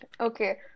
okay